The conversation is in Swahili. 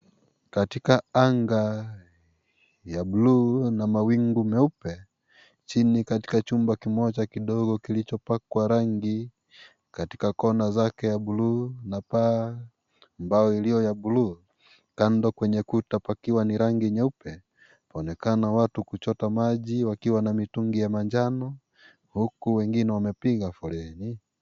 Katika anga ya bluu na mawingu meupe, chini katika chumba kimoja kidogo kilichopakwa rangi ,katika kona zake ya bluu na paa ambayo iliyo ya bluu, kando kwenye kuta pakiwa ni rangi nyeupe, paonekana watu kuchota maji wakiwa na mitungi ya manjano, huku wengine wamepiga foleni.